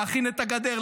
להכין את הגדר,